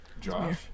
Josh